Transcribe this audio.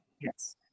Yes